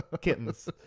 kittens